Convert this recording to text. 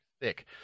thick